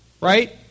right